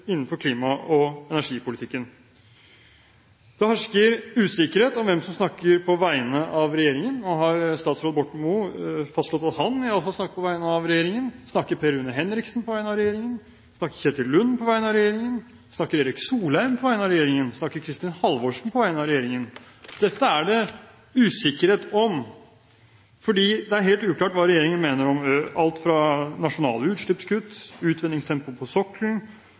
innenfor klima- og energipolitikken. Det hersker usikkerhet om hvem som snakker på vegne av regjeringen. Nå har statsråd Borten Moe fastslått at han i hvert fall snakker på vegne av regjeringen. Snakker Per Rune Henriksen på vegne av regjeringen? Snakker Kjetil Lund på vegne av regjeringen? Snakker Erik Solheim på vegne av regjeringen? Snakker Kristin Halvorsen på vegne av regjeringen? Dette er det usikkerhet om, for det er helt uklart hva regjeringen mener om alt fra nasjonale utslippskutt, utvinningstempoet på sokkelen,